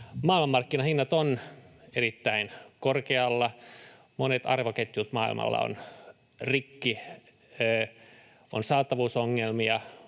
Maailmanmarkkinahinnat ovat erittäin korkealla. Monet arvoketjut maailmalla ovat rikki. On saatavuusongelmia,